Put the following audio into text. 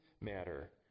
matter